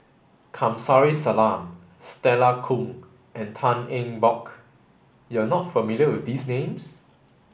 Kamsari Salam Stella Kon and Tan Eng Bock you are not familiar with these names